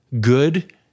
Good